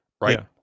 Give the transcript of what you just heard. right